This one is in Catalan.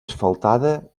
asfaltada